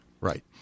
right